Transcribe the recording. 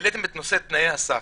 העליתם את נושא תנאי הסף.